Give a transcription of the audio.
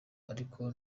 ariko